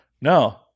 no